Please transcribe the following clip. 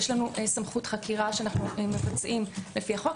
יש לנו סמכות חקירה שאנו מבצעים לפי החוק,